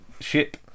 ship